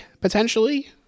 potentially